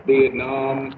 Vietnam